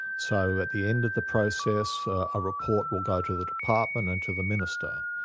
so at the end of the process, a report will go to the department and to the minister.